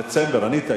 דצמבר, אני טעיתי.